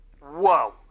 Whoa